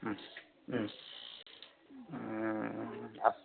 ও ও